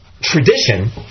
tradition